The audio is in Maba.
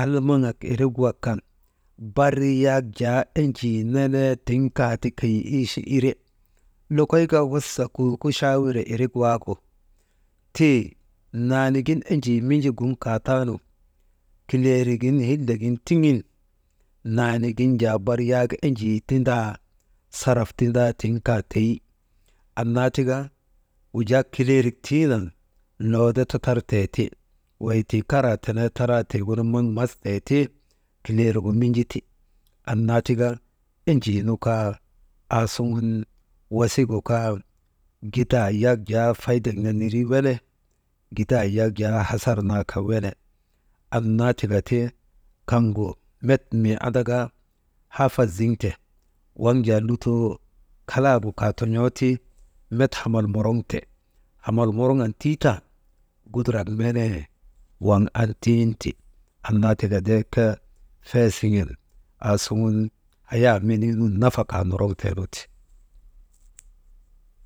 almaŋak irik wak kan bar yak jaa enjii nenee tiŋ kaa ti keyi iichi ire, lokoyka wasa kuukuchaawire irik waagu, tii naanigin enjii Minji gun kaa taanu, kileerik gin hiilek gin tiŋin naanigin jaa bar yak enjii tindaa saraf tindaa tiŋ ka teyi, annaa tika wujaa kileerik tiinaŋ loode tatartee ti wey karaa tenee taraa tiŋ maŋ mastee ti, kileerigu Minji ti annaa tika enjii nu kaa aasuŋun wasigu kaa gidaa yak jaa faydak nenerii wene, gidaa yak jaa hasar naa kaa wene, annna tika ti kaŋgu met mii an hafas ziŋte, waŋ jaa lutoo kalaagu katon̰ooti met hamal moroŋte, hamal Morvan tiitan gudurak menee, waŋ an tiŋti annaa tika dek feesiŋen hayaa menii nun nafa kaa noroŋ tee nu ti.